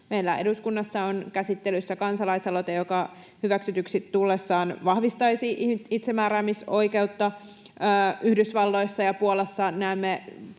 Meillä eduskunnassa on käsittelyssä kansalaisaloite, joka hyväksytyksi tullessaan vahvistaisi itsemääräämisoikeutta — Yhdysvalloissa ja Puolassa näemme